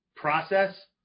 process